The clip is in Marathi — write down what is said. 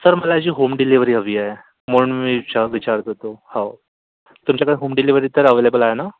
सर मला याची होम डिलेव्हरी हवी आहे म्हणून मी विचा विचारत होतो हो तुमच्याकडे होम डिलेव्हरी तर अव्हेलेबल आहे ना